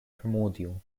primordial